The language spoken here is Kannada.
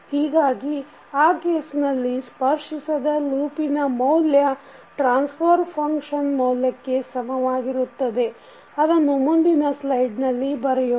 ಹೀಗಾಗಿ ಆ ಕೇಸ್ನಲ್ಲಿ ಸ್ಪರ್ಶಿಸದ ಲೂಪಿನ ಮೌಲ್ಯ ಟ್ರಾನ್ಸ್ಫರ್ ಫಂಕ್ಷನ್ ಮೌಲ್ಯಕ್ಕೆ ಸಮನಾಗಿರುತ್ತದೆ ಅದನ್ನು ಮುಂದಿನ ಸ್ಲೈಡ್ ನಲ್ಲಿ ಬರೆಯೋಣ